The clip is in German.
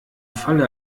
falle